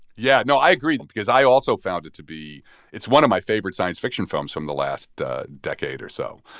yeah. no, i agree because i also found it to be it's one of my favorite science fiction films from the last decade or so.